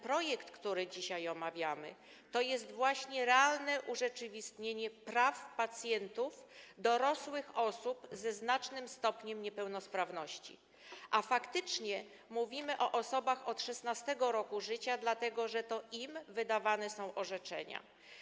Projekt, który dzisiaj omawiamy, to jest właśnie realne urzeczywistnienie praw pacjentów, dorosłych osób ze znacznym stopniem niepełnosprawności, a faktycznie mówimy o osobach od 16. roku życia, dlatego że to im wydawane są orzeczenia.